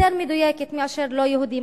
יותר מדויקת מאשר לא-יהודים.